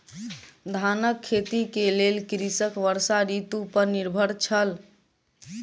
धानक खेती के लेल कृषक वर्षा ऋतू पर निर्भर छल